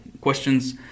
Questions